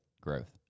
growth